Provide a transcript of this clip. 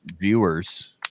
viewers